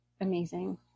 Amazing